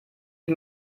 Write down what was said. ich